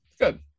good